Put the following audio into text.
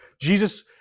Jesus